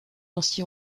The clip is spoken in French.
ainsi